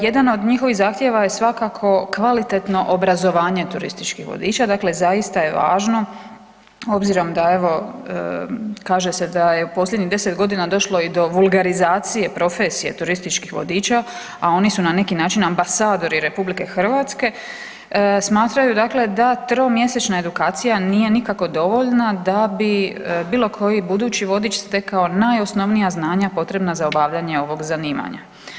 Jedan od njihovih zahtjeva je svakako kvalitetno obrazovanje turističkih vodiča, dakle zaista je važno obzirom da evo kaže se da je u posljednjih 10 godina došlo i do vulgarizacije profesije turističkih vodiča, a oni su na neki način ambasadori RH, smatraju da tromjesečna edukacija nije nikako dovoljna da bi bilo koji budući vodič stekao najosnovnija znanja potrebna za obavljanje ovog zanimanja.